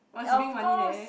must bring money there